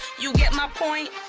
you get my point?